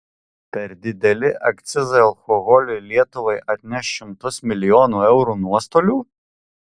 per dideli akcizai alkoholiui lietuvai atneš šimtus milijonų eurų nuostolių